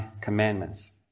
commandments